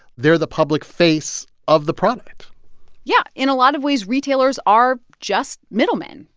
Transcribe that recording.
they're the public face of the product yeah. in a lot of ways, retailers are just middlemen.